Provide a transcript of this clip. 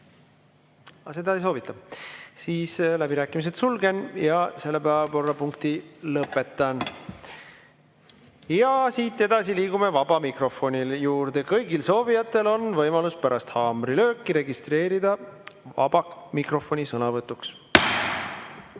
seda ei soovita. Siis läbirääkimised sulgen ja selle päevakorrapunkti lõpetan. Edasi liigume vaba mikrofoni juurde. Kõigil soovijatel on võimalus pärast haamrilööki registreeruda sõnavõtuks